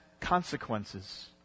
consequences